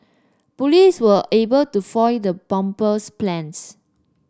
police were able to foil the bomber's plans